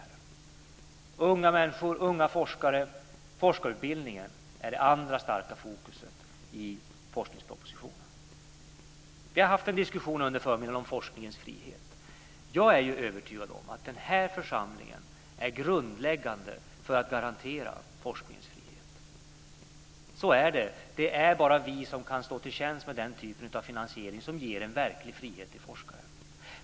Det andra som vi sätter starkt fokus på i forskningspropositionen är unga människor, unga forskare och forskarutbildningen. Under förmiddagen har forskningens frihet diskuterats. Jag är övertygad om att den här församlingen är grundläggande för att garantera forskningens frihet. Så är det. Det är bara vi som kan stå till tjänst med den typen av finansiering som ger en verklig frihet för forskaren.